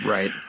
Right